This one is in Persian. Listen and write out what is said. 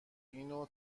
اینو